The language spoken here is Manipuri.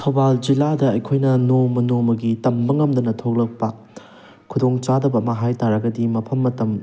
ꯊꯧꯕꯥꯜ ꯖꯤꯂꯥꯗ ꯑꯩꯈꯣꯏꯅ ꯅꯣꯡꯃ ꯅꯣꯡꯃꯒꯤ ꯇꯝꯕ ꯉꯝꯗꯅ ꯊꯣꯛꯂꯛꯄ ꯈꯨꯗꯤꯡꯆꯥꯗꯕ ꯑꯃ ꯍꯥꯏ ꯇꯥꯔꯒꯗꯤ ꯃꯐꯝ ꯃꯇꯝ